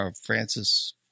Francis